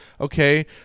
okay